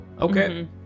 okay